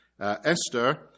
Esther